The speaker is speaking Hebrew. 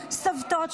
סבתות.